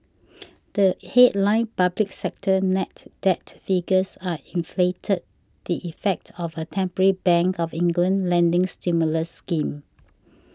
the headline public sector net debt figures are inflated the effect of a temporary Bank of England lending stimulus scheme